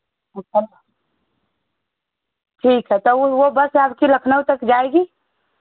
ठीक है तब वह बस आपकी लखनऊ तक जाएगी